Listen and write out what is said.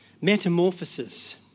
Metamorphosis